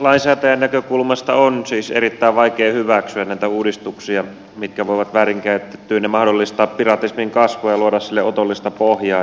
lainsäätäjän näkökulmasta on siis erittäin vaikea hyväksyä näitä uudistuksia mitkä voivat väärinkäytettyinä mahdollistaa piratismin kasvua ja luoda sille otollista pohjaa